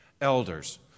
elders